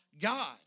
God